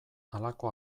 halako